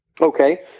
Okay